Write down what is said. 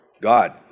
God